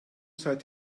seid